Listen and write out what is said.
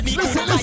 listen